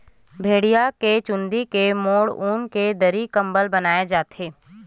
भेड़िया के चूंदी के मोठ ऊन के दरी, कंबल बनाए जाथे